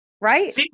Right